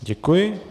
Děkuji.